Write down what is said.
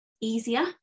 easier